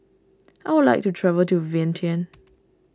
I would like to travel to Vientiane